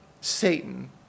Satan